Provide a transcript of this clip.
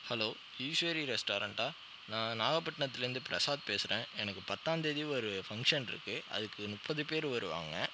hello Eswari ரெஸ்டாரெண்டா நான் நாகப்பட்டினத்துலேந்து பிரசாத் பேசுகிறேன் எனக்கு பத்தாம்தேதி ஒரு ஃபங்ஷன்இருக்கு அதுக்கு முப்பது பேர் வருவாங்க